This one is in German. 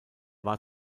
war